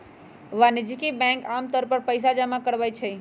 वाणिज्यिक बैंक आमतौर पर पइसा जमा करवई छई